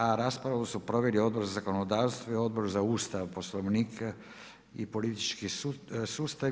A raspravu su proveli Odbor za zakonodavstvo i Odbor za Ustav i Poslovnik i politički sustav.